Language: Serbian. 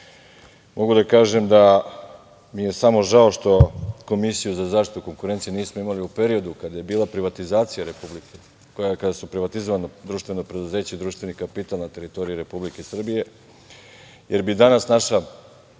Mogu da kažem da mi je samo žao što Komisiju za zaštitu konkurencije nismo imali u periodu kada je bila privatizacija Republike, koja kada su privatizovana društvena preduzeća, društveni kapital na teritoriji Republike Srbije, jer bi danas naša